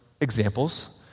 examples